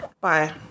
Bye